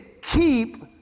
keep